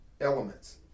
elements